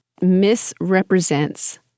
misrepresents